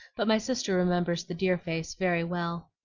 but my sister remembers the dear face very well.